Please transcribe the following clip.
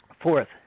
Fourth